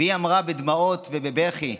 והיא אמרה בדמעות ובבכי: